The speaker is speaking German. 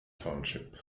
township